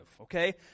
okay